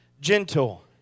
gentle